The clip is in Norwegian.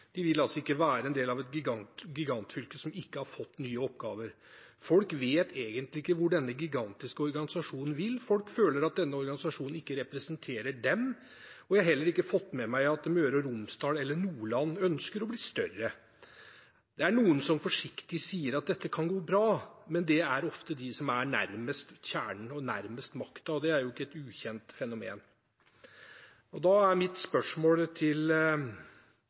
de vil ikke være en del av et gigantfylke som ikke har fått nye oppgaver. Folk vet egentlig ikke hvor denne gigantiske organisasjonen vil. Folk føler at denne organisasjonen ikke representerer dem, og jeg har heller ikke fått med meg at Møre og Romsdal eller Nordland ønsker å bli større. Det er noen som forsiktig sier at dette kan gå bra, men det er ofte de som er nærmest kjernen og nærmest makta, og det er ikke et ukjent fenomen. Da er mitt spørsmål til